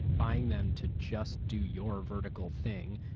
buying them to just do your vertical thing